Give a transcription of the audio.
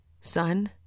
son